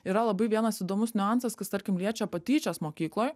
yra labai vienas įdomus niuansas kas tarkim liečia patyčias mokykloj